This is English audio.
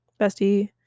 bestie